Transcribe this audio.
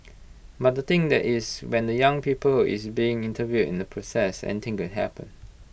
but the thing is that when the young people who is being interviewed in that process anything could happen